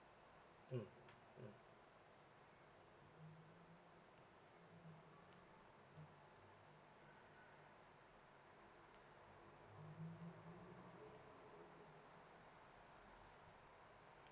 mm mm